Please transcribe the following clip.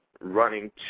running